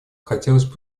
хотелось